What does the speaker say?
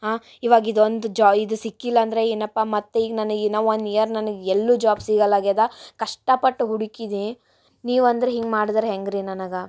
ಹಾ ಇವಾಗ ಇದೊಂದು ಜಾ ಇದು ಸಿಕ್ಕಿಲ್ಲ ಅಂದರೆ ಏನಪ್ಪ ಮತ್ತು ಈಗ ನನಗೆ ಇನ್ನ ಒನ್ ಇಯರ್ ನನ್ಗ ಎಲ್ಲೂ ಜಾಬ್ ಸಿಗಲ್ಲ ಆಗ್ಯದ ಕಷ್ಟಪಟ್ಟು ಹುಡುಕಿದೆ ನೀವು ಅಂದ್ರ ಹಿಂಗೆ ಮಾಡ್ದರ ಹೆಂಗೆ ರೀ ನನಗೆ